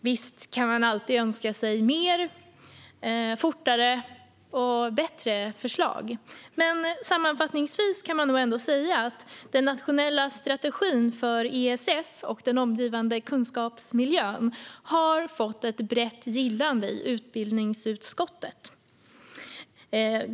Visst kan man alltid önska sig fler, snabbare och bättre förslag, men sammanfattningsvis kan man nog säga att den nationella strategin för ESS och den omgivande kunskapsmiljön har fått ett brett gillande i utbildningsutskottet.